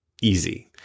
easy